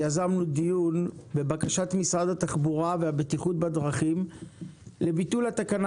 יזמנו דיון על בקשת משרד התחבורה והבטיחות בדרכים לביטול התקנה